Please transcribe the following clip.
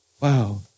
Wow